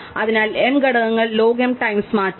അതിനാൽ m ഘടകങ്ങൾ log m times മാറ്റുന്നു